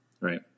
Right